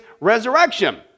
resurrection